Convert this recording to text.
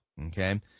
Okay